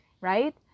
right